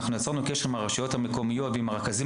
אנחנו יצרנו קשר עם הרשויות המקומיות ועם הרכזים